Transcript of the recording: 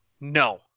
No